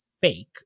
fake